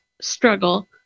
struggle